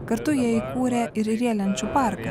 kartu jie įkūrė ir riedlenčių parką